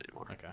Okay